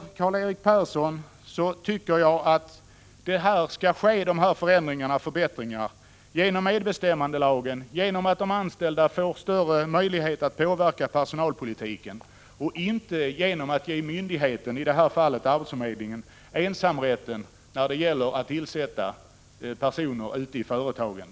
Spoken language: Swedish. Till Karl-Erik Persson vill jag säga att jag tycker att förbättringarna skall ske genom medbestämmandelagen, genom att de anställda får större möjligheter att påverka personalpolitiken och inte genom att myndigheten, i detta fall arbetsförmedlingen, får ensamrätten när det gäller att tillsätta personer i företagen.